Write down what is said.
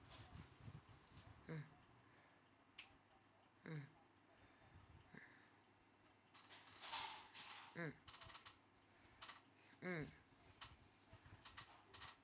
mm mm mm mm